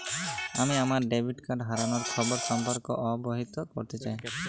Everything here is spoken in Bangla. আমি আমার ডেবিট কার্ড হারানোর খবর সম্পর্কে অবহিত করতে চাই